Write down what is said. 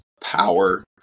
power